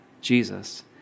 Jesus